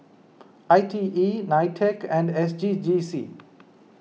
I T E Nitec and S G G C